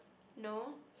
no